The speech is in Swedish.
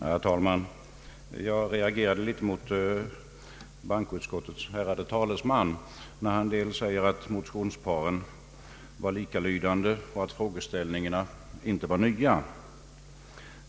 Herr talman! Jag reagerade en smula när bankoutskottets ärade talesman nämnde dels att de motionspar han angav var likalydande, dels att frågeställningarna inte var nya.